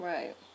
Right